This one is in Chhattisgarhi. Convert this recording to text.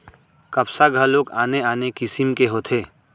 कपसा घलोक आने आने किसिम के होथे